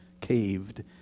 caved